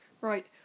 Right